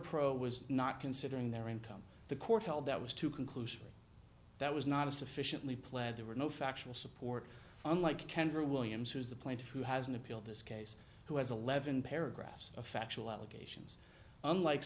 pro was not considering their income the court held that was to conclusively that was not a sufficiently pled there were no factual support unlike kendra williams who is the plaintiff who has an appeal this case who has eleven paragraphs of factual allegations unlike